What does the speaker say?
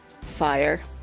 Fire